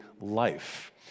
life